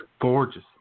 Gorgeous